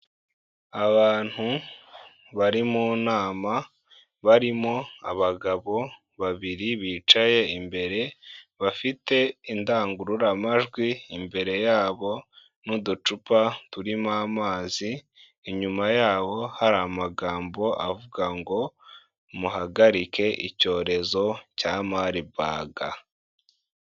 Abantu bari mu nama barimo abagabo babiri bicaye imbere, bafite indangururamajwi imbere yabo n'uducupa turimo amazi, inyuma yabo hari amagambo avuga ngo "muhagarike icyorezo cya Marburg."